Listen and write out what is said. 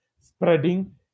spreading